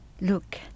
Look